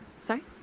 sorry